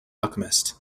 alchemist